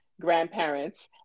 grandparents